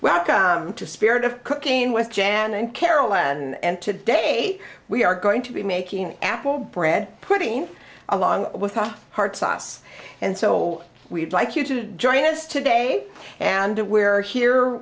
welcome to spirit of cooking with jan and carol and today we are going to be making apple bread pudding along with our hearts os and so we'd like you to join us today and we're here